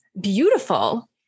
beautiful